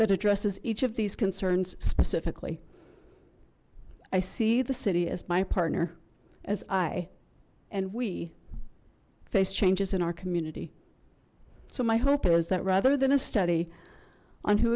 that addresses each of these concerns specifically i see the city as my partner as i and we face changes in our community so my hope is that rather than a set on who